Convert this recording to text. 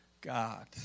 God